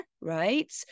right